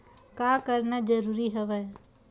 का करना जरूरी हवय?